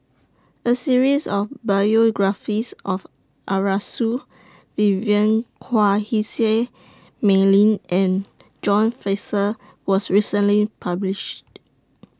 A series of biographies of Arasu Vivien Quahe Seah Mei Lin and John Fraser was recently published